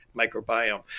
microbiome